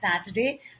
Saturday